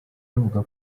bavuga